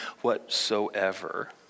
whatsoever